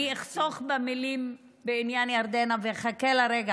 אני אחסוך במילים בעניין ירדנה ואחכה לרגע